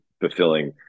fulfilling